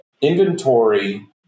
inventory